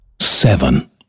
Seven